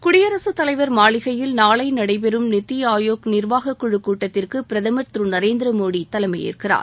குடியரசுத்தலைவர் மாளிகையில் நாளை நடைபெறும் நித்தி ஆயோக் நிர்வாகம் குழு கூட்டத்திற்கு பிரதமர் திரு நரேந்திர மோடி தலைமையேற்கிறார்